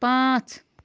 پانٛژھ